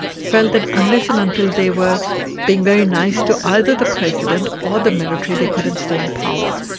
felt that unless and until they were being very nice to either the president or the military, they couldn't stay in power.